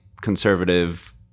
conservative